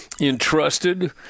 entrusted